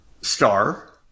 star